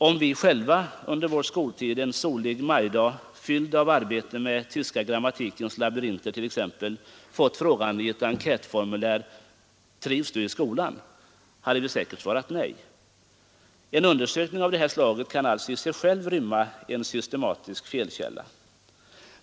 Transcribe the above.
Om vi själva en solig majdag fylld av arbete med tyska grammatikens labyrinter t.ex. i ett enkätformulär fått frågan: ”Trivs du i skolan?” hade vi säkert svarat nej. En undersökning av det här slaget kan alltså i sig själv rymma en systematisk felkälla.